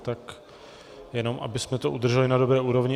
Tak jenom abychom to udrželi na dobré úrovni.